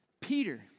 Peter